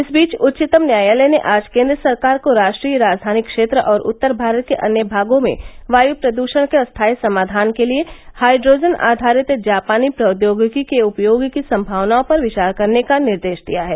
इस बीच उच्चतम न्यायालय ने आज केन्द्र सरकार को राष्ट्रीय राजधानी क्षेत्र और उत्तर भारत के अन्य भागों में वायु प्रद्षण के स्थाई समाधान के लिए हाइड्रोजन आधारित जापानी प्रौद्योगिकी के उपयोग की संमावनाओं पर विचार करने का निर्देश दिया है